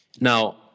now